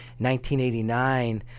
1989